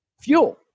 fuel